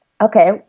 okay